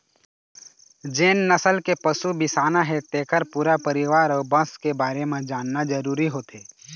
जेन नसल के पशु बिसाना हे तेखर पूरा परिवार अउ बंस के बारे म जानना जरूरी होथे